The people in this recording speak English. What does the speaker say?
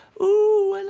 ooh, and